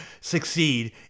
succeed